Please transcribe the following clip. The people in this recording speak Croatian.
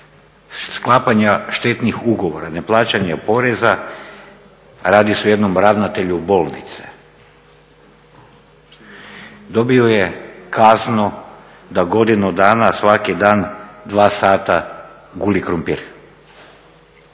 sklapanja štetnih ugovora, neplaćanja poreza, radi se o jednom ravnatelju bolnice, dobio je kaznu da godinu dana svaki dan dva sata guli krumpir.